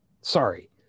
Sorry